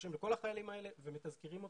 מתקשרים לכל החיילים האלה ומתזכרים אותם,